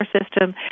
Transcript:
system